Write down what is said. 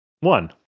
One